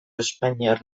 espainiar